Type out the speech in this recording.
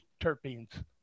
terpenes